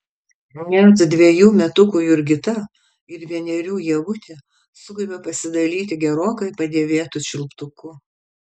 net dvejų metukų jurgita ir vienerių ievutė sugeba pasidalyti gerokai padėvėtu čiulptuku